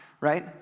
right